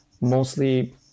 mostly